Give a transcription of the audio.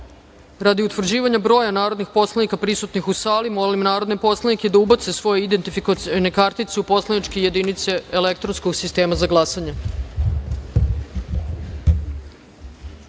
utvrđivanja broja narodnih poslanika prisutnih u sali, molim narodne poslanike da ubace svoje identifikacione kartice u poslaničke jedinice elektronskog sistema za